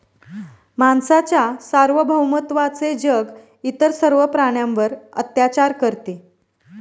माणसाच्या सार्वभौमत्वाचे जग इतर सर्व प्राण्यांवर अत्याचार करते